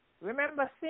remember